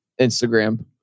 Instagram